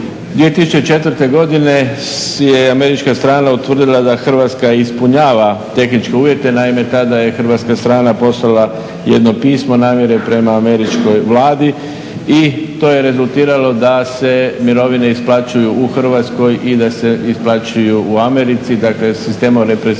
2004. godine je američka strana utvrdila da Hrvatska ispunjava tehničke uvjete. Naime, tada je Hrvatska strana poslala jedno pismo namjere prema američkoj Vladi i to je rezultiralo da se mirovine isplaćuju u Hrvatskoj i da se isplaćuju u Americi, dakle sistemom reprociteta